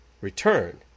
return